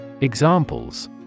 Examples